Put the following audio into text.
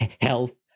health